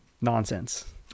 nonsense